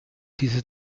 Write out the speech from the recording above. diese